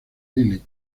village